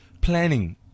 planning